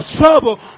trouble